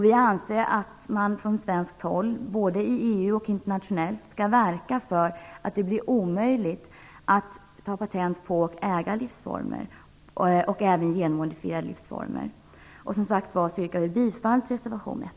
Vi anser att man från svenskt håll skall verka för att det både internationellt och i EU blir omöjligt att ta patent på och äga livsformer och att genmodifiera livsformer. Jag yrkar som sagt bifall till reservation 1